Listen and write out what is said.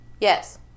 Yes